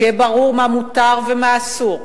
שיהיה ברור מה מותר ומה אסור.